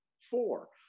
Four